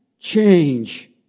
change